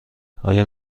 آیا